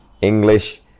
English